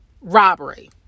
robbery